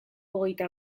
hogeita